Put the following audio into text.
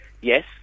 Yes